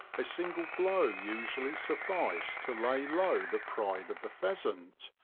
a single blow usually sufficed to lay low the pride of the pheasant,